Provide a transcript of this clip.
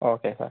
okay sir